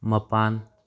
ꯃꯄꯥꯟ